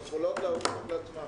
הן יכולות להרשות לעצמן